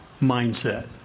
mindset